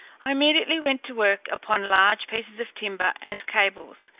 i immediately went to work upon large pieces of timber and cables,